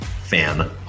fan